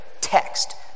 text